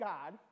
God